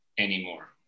anymore